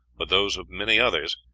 but those of many others,